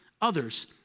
others